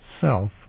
self